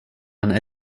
and